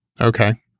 Okay